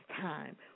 time